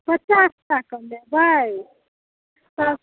पचास टके लेबै तब